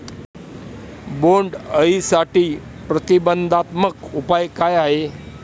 बोंडअळीसाठी प्रतिबंधात्मक उपाय काय आहेत?